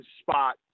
spot